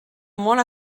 molt